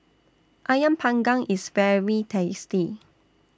Ayam Panggang IS very tasty